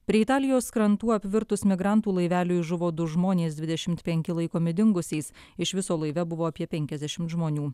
prie italijos krantų apvirtus migrantų laiveliui žuvo du žmonės dvidešimt penki laikomi dingusiais iš viso laive buvo apie penkiasdešimt žmonių